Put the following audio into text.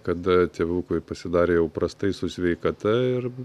kada tėvukui pasidarė jau prastai su sveikata ir